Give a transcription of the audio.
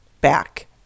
back